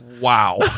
Wow